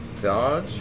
dodge